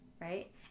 right